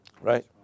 Right